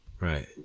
Right